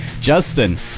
Justin